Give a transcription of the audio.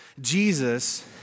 Jesus